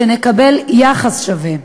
שנקבל יחס שווה.